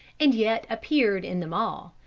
and yet appeared in them all,